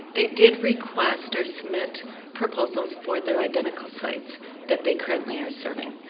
they did request or submit proposals for their identical sites that they currently are serving.